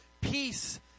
Peace